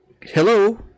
Hello